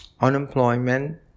unemployment